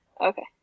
okay